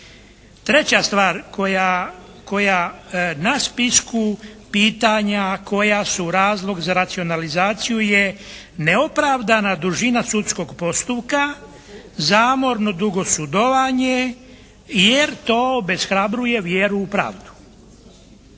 Treća stvar koja na spisku pitanja koja su razlog za racionalizaciju je neopravdana dužina sudskog postupka, zamorno dugo sudovanje jer to obeshrabruje vjeru u pravdu.